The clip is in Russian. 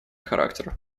характер